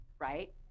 Right